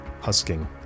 husking